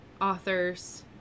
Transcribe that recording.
author's